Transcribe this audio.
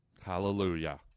Hallelujah